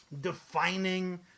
defining